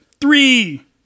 Three